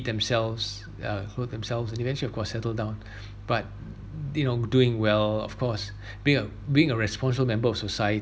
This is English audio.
themselves uh hold themselves and eventally settle down but you know doing well of course being a being a responsible member of society